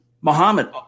Muhammad